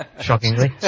Shockingly